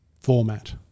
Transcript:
format